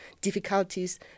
difficulties